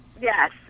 Yes